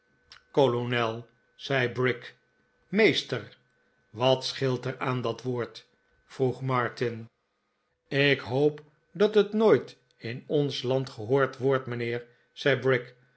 kolonel zei brick meester wat scheelt er aan dat woord vroeg martin ik hoop dat het nooit in ons land gehoord wordt mijnheer